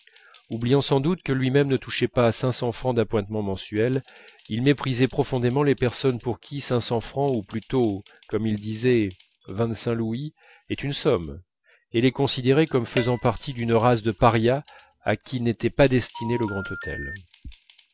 oubliant sans doute que lui-même ne touchait pas cinq cents francs d'appointements mensuels il méprisait profondément les personnes pour qui cinq cents francs ou plutôt comme il disait vingt-cinq louis est une somme et les considérait comme faisant partie d'une race de parias à qui n'était pas destiné le